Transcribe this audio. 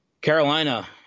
Carolina